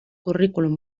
currículum